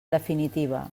definitiva